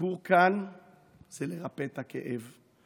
הסיפור כאן זה לרפא את הכאב,